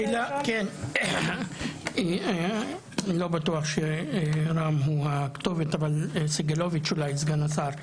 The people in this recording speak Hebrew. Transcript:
אני לא בטוח שרם הוא הכתובת אבל אולי סגן השר סגלוביץ'.